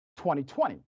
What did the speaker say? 2020